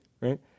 right